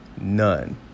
None